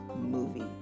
movie